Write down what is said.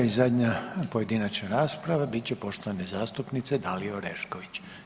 I zadnja pojedinačna rasprava bit će poštovane zastupnice Dalije Orešković.